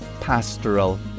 Pastoral